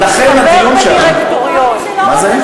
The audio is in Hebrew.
לכן, הדיון שם, תגיד, חבר בדירקטוריון, מה זה?